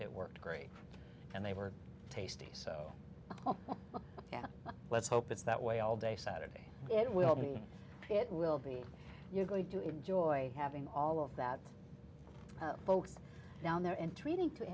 it worked great and they were tasty so let's hope it's that way all day saturday it will be it will be you're going to enjoy having all of that folks down there in training to